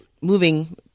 moving